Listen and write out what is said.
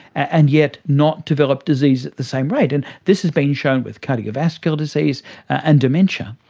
and yet not develop disease at the same rate. and this has been shown with cardiovascular disease and dementia.